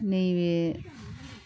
नैबे